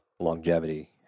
longevity